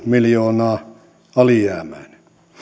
miljoonaa alijäämäinen